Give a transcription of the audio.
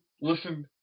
listen